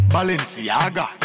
Balenciaga